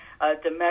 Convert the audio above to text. domestic